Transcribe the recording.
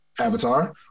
Avatar